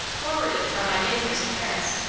forwarded from my bankers in paris.